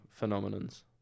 phenomenons